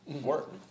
work